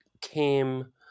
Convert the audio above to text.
came